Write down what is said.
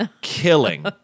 killing